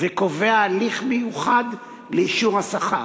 וקובע הליך מיוחד לאישור השכר.